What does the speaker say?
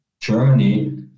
Germany